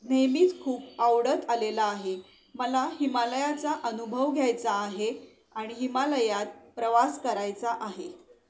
नेहमीच खूप आवडत आलेला आहे मला हिमालयाचा अनुभव घ्यायचा आहे आणि हिमालयात प्रवास करायचा आहे